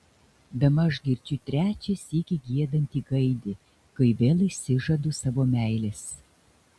bemaž girdžiu trečią sykį giedantį gaidį kai vėl išsižadu savo meilės